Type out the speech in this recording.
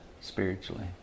spiritually